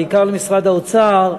בעיקר למשרד האוצר,